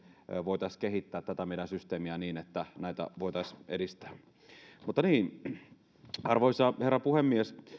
voitaisiin kehittää tätä meidän systeemiä niin että näitä voitaisiin edistää arvoisa herra puhemies